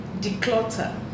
declutter